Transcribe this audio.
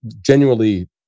genuinely